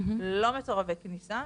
לא מסורבי כניסה,